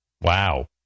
Wow